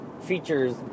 features